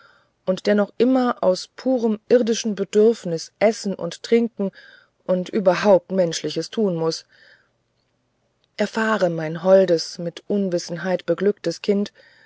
und der noch immer aus purem irdischen bedürfnis essen und trinken und überhaupt menschliches tun muß erfahre mein holdes mit unwissenheit beglücktes kind